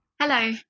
Hello